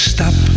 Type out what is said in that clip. Stop